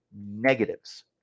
negatives